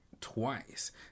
twice